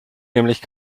nämlich